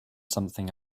something